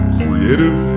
creative